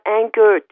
anger